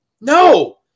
No